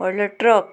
व्हडलो ट्रक